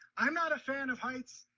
i'm not a fan of heights.